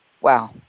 Wow